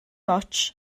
ots